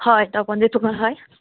হয় হয়